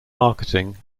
marketing